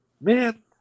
Man